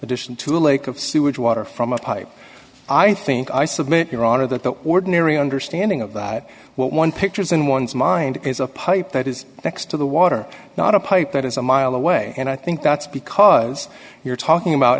addition to a lake of sewage water from a pipe i think i submit your honor that the ordinary understanding of the one pictures in one's mind is a pipe that is next to the water not a pipe that is a mile away and i think that's because you're talking about